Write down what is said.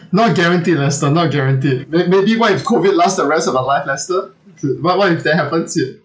not guaranteed lester not guaranteed may~ maybe what if COVID last for the rest of your life lester what what if that happens in